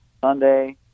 Sunday